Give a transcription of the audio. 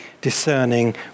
discerning